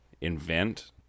invent